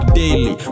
daily